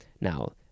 Now